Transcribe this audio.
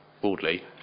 broadly